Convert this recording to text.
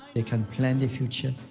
they can plan their future.